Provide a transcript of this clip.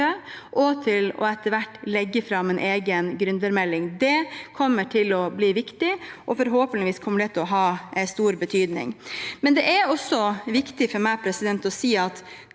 hvert å legge fram en egen gründermelding. Det kommer til å bli viktig, og forhåpentligvis kommer det til å ha stor betydning. Det er også viktig for meg å si at